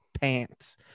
Pants